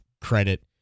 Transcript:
credit